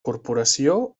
corporació